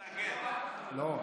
הוא לא התנגד, לא.